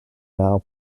now